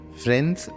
friends